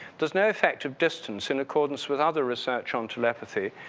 there's no effect of distance in accordance with other research on telepathy.